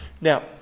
Now